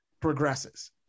progresses